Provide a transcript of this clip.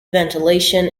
ventilation